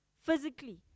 physically